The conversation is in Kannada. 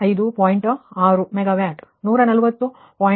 6 ಮೆಗಾವ್ಯಾಟ್ 140